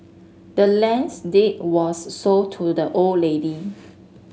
the land's deed was sold to the old lady